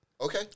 Okay